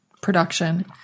production